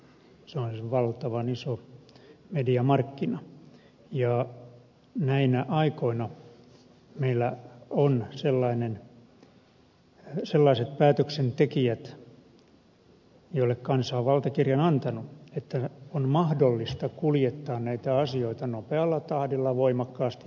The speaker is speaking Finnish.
se on valtavan iso mediamarkkina ja näinä aikoina meillä on sellaiset päätöksentekijät joille kansa on valtakirjan antanut että on mahdollista kuljettaa näitä asioita nopealla tahdilla voimakkaasti yksityiseen suuntaan